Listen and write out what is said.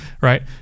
right